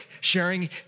sharing